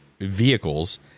vehicles